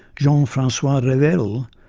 jean-francois revel,